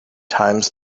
times